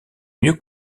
mieux